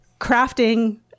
crafting